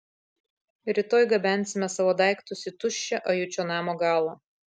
rytoj gabensime savo daiktus į tuščią ajučio namo galą